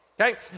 Okay